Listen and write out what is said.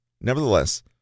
Nevertheless